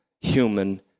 human